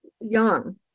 young